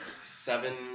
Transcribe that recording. seven